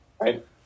Right